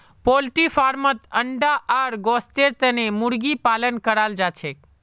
poultry फार्मत अंडा आर गोस्तेर तने मुर्गी पालन कराल जाछेक